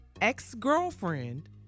ex-girlfriend